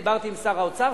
דיברתי עם שר האוצר,